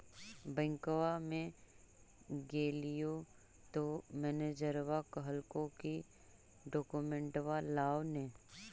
बैंकवा मे गेलिओ तौ मैनेजरवा कहलको कि डोकमेनटवा लाव ने?